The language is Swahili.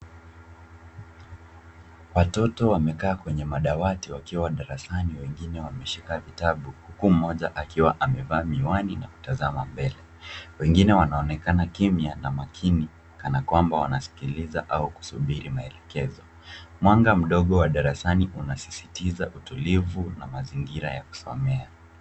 Watoto wamekaa kwenye madawati wakiwa darasani wengine wameshika vitabu huku mmoja akiwa amevaa miwani na kutazama mbele. Wengine wanaonekana kimya na makini kana kwamba wanasikiliza au kusubiri maelekezo. Mwanga mdogo wa darasani unasisitiza utulivu na mazingira ya kusomea.